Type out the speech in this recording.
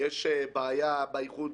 יש בעיה עם איחוד